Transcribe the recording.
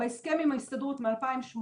בהסכם עם ההסתדרות מ-2018,